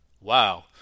Wow